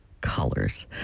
colors